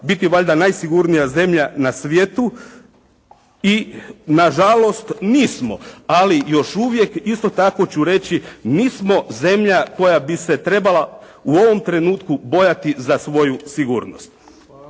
biti valjda najsigurnija zemlja na svijetu i nažalost nismo. Ali još uvijek isto tako ću reći nismo zemlja koja bi se trebala u ovom trenutku bojati za svoju sigurnost.